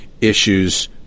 issues